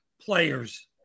players